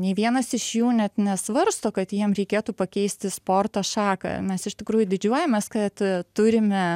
nei vienas iš jų net nesvarsto kad jiem reikėtų pakeisti sporto šaką mes iš tikrųjų didžiuojamės kad turime